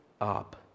up